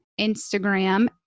Instagram